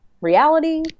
reality